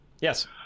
Yes